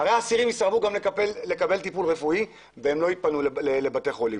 אסירים יסרבו לקבל טיפול רפואי והם לא יתפנו לבתי חולים.